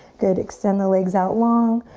good, extend the legs out long.